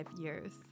years